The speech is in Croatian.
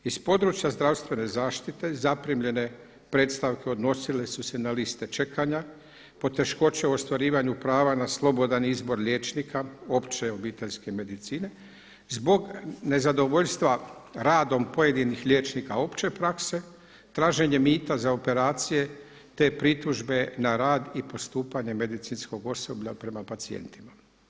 Iz područja zdravstvene zaštite zaprimljene predstavke odnosile su se na liste čekanja, poteškoće u ostvarivanju prava na slobodan izbor liječnika opće obiteljske medicine zbog nezadovoljstva radom pojedinih liječnika opće prakse, traženjem mita za operacije te pritužbe na rad i postupanje medicinskog osoblja prema pacijentima.